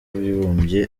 w’abibumbye